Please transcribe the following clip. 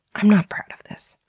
i'm not proud of this.